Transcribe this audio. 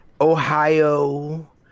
Ohio